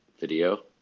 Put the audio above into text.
video